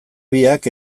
biak